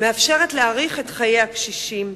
מאפשרת להאריך את חיי הקשישים,